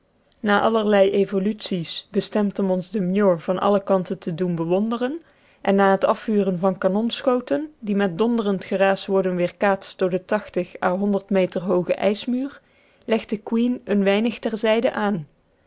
na allerlei evoluties bestemd om ons den muir van alle kanten te doen bewonderen en na het afvuren van kanonschoten die met donderend geraas worden weerkaatst door den à meter hooger ijsmuur legt the queen een weinig ter zijde aan